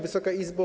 Wysoka Izbo!